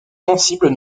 sensibles